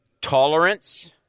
tolerance